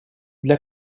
для